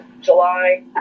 July